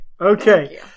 Okay